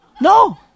No